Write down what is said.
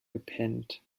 gepennt